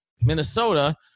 Minnesota